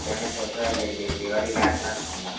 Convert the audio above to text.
या मैं सोच रहा हूँ दिवाली के आस पास आऊँगा